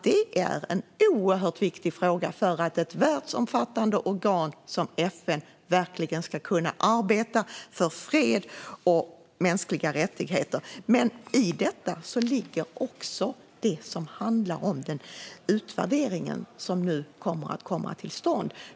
Det är en oerhört viktig fråga för att ett världsomfattande organ som FN verkligen ska kunna arbeta för fred och mänskliga rättigheter. I detta ligger också det som handlar om den utvärdering som nu kommer att komma till stånd.